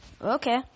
Okay